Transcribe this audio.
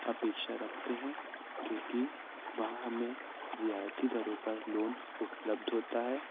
अपेक्षा रखते हैं क्योंकि वह हमें रियायती दरों पर लोन उपलब्ध होता है